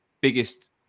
biggest